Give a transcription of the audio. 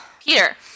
Peter